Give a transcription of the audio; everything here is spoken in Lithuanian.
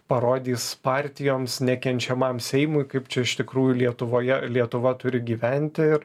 parodys partijoms nekenčiamam seimui kaip čia iš tikrųjų lietuvoje lietuva turi gyventi ir